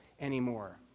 anymore